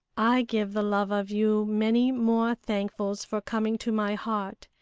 i give the love of you many more thankfuls for coming to my heart,